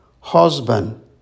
husband